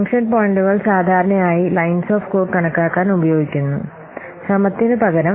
function പോയിന്റുകൾ സാധാരണയായി lines of code കണക്കാക്കാൻ ഉപയോഗിക്കുന്നു ശ്രമത്തിനുപകരം